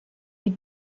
wie